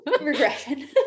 Regression